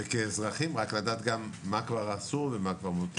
וכאזרחים, רק לדעת גם מה כבר עשו ומה כבר מותר.